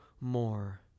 more